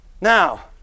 Now